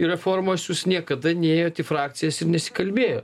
reformos jūs niekada nėjot į frakcijas ir nesikalbėjot